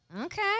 Okay